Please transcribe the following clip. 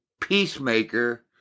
peacemaker